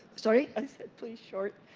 sorry? please short.